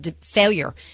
failure